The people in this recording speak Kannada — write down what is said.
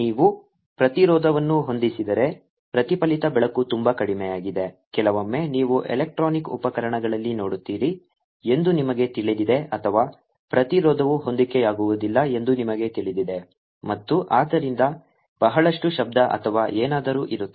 ನೀವು ಪ್ರತಿರೋಧವನ್ನು ಹೊಂದಿಸಿದರೆ ಪ್ರತಿಫಲಿತ ಬೆಳಕು ತುಂಬಾ ಕಡಿಮೆಯಾಗಿದೆ ಕೆಲವೊಮ್ಮೆ ನೀವು ಎಲೆಕ್ಟ್ರಾನಿಕ್ ಉಪಕರಣಗಳಲ್ಲಿ ನೋಡುತ್ತೀರಿ ಎಂದು ನಿಮಗೆ ತಿಳಿದಿದೆ ಅಥವಾ ಪ್ರತಿರೋಧವು ಹೊಂದಿಕೆಯಾಗುವುದಿಲ್ಲ ಎಂದು ನಿಮಗೆ ತಿಳಿದಿದೆ ಮತ್ತು ಆದ್ದರಿಂದ ಬಹಳಷ್ಟು ಶಬ್ದ ಅಥವಾ ಏನಾದರೂ ಇರುತ್ತದೆ